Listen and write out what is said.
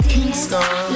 Kingston